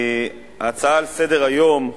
תודה רבה, ההצעה על סדר-היום עוסקת,